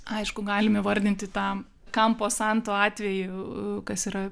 aišku galim įvardinti tą kampo santo atveji kas yra